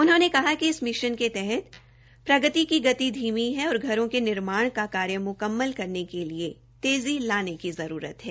उन्होंने कहा कि इस मिशन के तहत प्रगति की गति धीमी है और घरों के निर्माण का कार्य म्कम्मल करने के लिए तेज़ी की जरूरत है